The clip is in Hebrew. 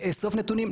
לאסוף נתונים.